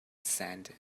sand